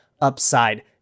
Upside